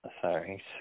sorry